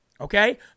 okay